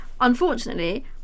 Unfortunately